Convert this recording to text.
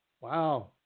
Wow